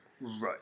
Right